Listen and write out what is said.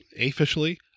officially